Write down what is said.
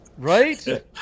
right